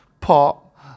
pop